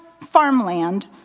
farmland